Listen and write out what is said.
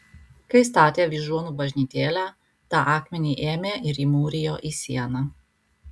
kai statė vyžuonų bažnytėlę tą akmenį ėmė ir įmūrijo į sieną